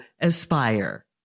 aspire